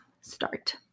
start